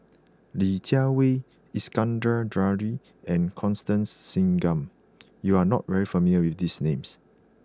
Li Jiawei Iskandar Jalil and Constance Singam you are not familiar with these names